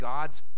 God's